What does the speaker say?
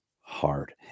hard